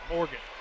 Morgan